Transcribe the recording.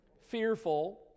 Fearful